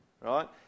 right